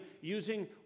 using